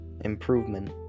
improvement